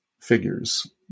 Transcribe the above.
figures